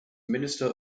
minister